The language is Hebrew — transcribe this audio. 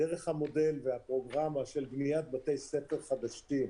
דרך המודל והפרוגרמה של בניית בתי ספר חדשים.